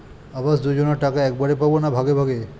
আবাস যোজনা টাকা একবারে পাব না ভাগে ভাগে?